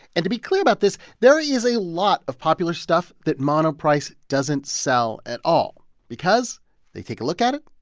and to be clear about this, there is a lot of popular stuff that monoprice doesn't sell at all because they take a look at it,